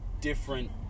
different